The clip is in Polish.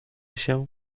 się